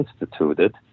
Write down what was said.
instituted